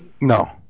No